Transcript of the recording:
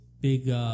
big